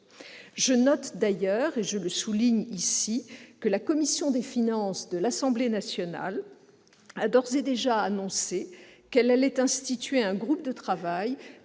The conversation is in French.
Je note d'ailleurs que la commission des finances de l'Assemblée nationale a d'ores et déjà annoncé qu'elle allait instituer un groupe de travail